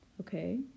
Okay